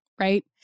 right